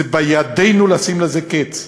בידינו לשים לזה קץ,